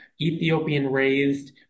Ethiopian-raised